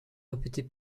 répétez